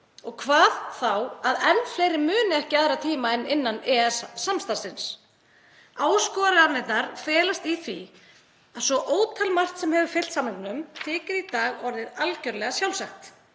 og hvað þá að enn fleiri muni ekki aðra tíma en innan EES-samstarfsins. Áskoranirnar felast í því að svo ótal margt sem hefur fylgt samningnum þykir í dag orðið algjörlega sjálfsagt.